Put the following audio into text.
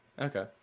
Okay